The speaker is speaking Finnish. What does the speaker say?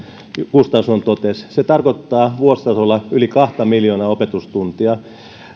gustafsson totesi se tarkoittaa vuositasolla yli kahta miljoonaa opetustuntia